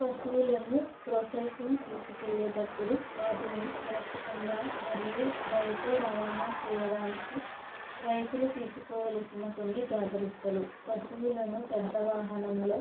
పశువులను ప్రాసెసింగ్కి తీసుకుని వెళ్ళే అప్పుడు వాటిని సురక్షితంగా మరియు దయతో రవాణా చేయడానికి రైతులు తీసుకోవలసిన కొన్ని జాగ్రత్తలు పశువులను పెద్ద వాహనంలో